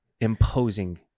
imposing